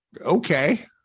okay